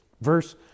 Verse